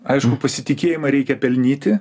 aišku pasitikėjimą reikia pelnyti